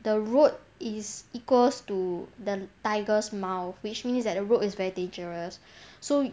the road is equals to the tiger's mouth which means that the road is very dangerous so